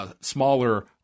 smaller